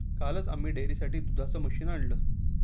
कालच आम्ही डेअरीसाठी दुधाचं मशीन आणलं